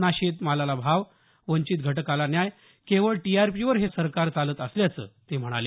ना शेती मालाला हमी भाव ना वंचित घटकाला न्याय केवळ टीआरपीवर हे सरकार चालत असल्याचं ते म्हणाले